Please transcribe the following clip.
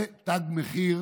זה תג מחיר